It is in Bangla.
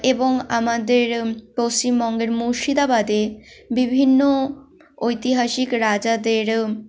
এবং আমাদের পশ্চিমবঙ্গের মুর্শিদাবাদে বিভিন্ন ঐতিহাসিক রাজাদের